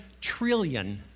trillion